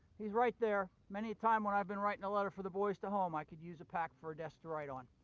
he's right there many times when i've been writing a letter for the boys to home i could use a pack for a desk to write on.